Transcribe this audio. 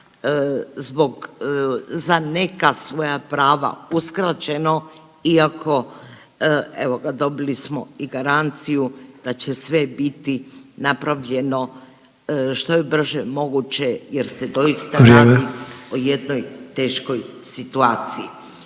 zbog za neka svoja prava uskraćeno, iako evo ga dobili smo i garanciju da će sve biti napravljeno što je brže moguće …/Upadica Sanader: Vrijeme./… jer se doista radi o jednoj teškoj situaciji.